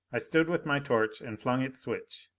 i stood with my torch and flung its switch.